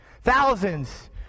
Thousands